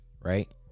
Right